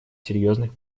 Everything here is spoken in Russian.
серьезных